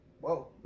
Whoa